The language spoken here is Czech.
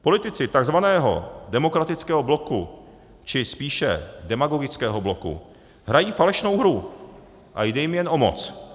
Politici takzvaného demokratického bloku, či spíše demagogického bloku, hrají falešnou hru a jde jim jen o moc.